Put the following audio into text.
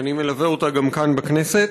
שאני מלווה אותה גם כאן בכנסת,